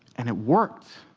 and it worked.